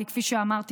כי כפי שאמרתי,